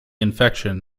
infection